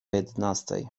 jedenastej